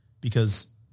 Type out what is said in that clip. because-